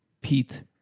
Pete